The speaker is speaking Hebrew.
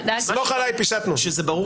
זה הרבה